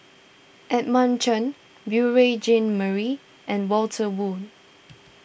Edmund Chen Beurel Jean Marie and Walter Woon